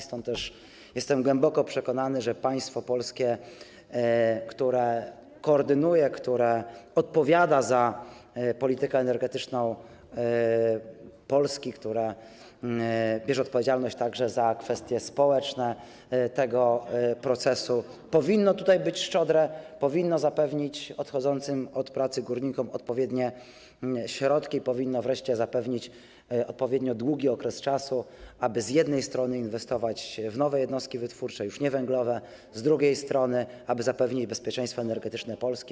Stąd też jestem głęboko przekonany, że państwo polskie, które to koordynuje, które odpowiada za politykę energetyczną Polski, które bierze odpowiedzialność także za kwestie społeczne tego procesu, powinno tutaj być szczodre, powinno zapewnić odchodzącym od pracy górnikom odpowiednie środki, powinno wreszcie zapewnić odpowiednio długi okres, aby z jednej strony inwestować w nowe jednostki wytwórcze, już nie węglowe, a z drugiej strony aby zapewnić bezpieczeństwo energetyczne Polski.